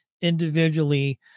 individually